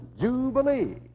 Jubilee